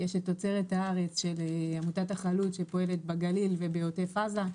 יש את "תוצרת הארץ" של עמותת החלוץ שפועלת בגליל ובעוטף עזה,